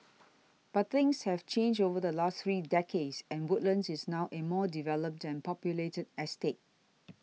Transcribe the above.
but things have changed over the last three decades and Woodlands is now a more developed and populated estate